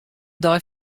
dei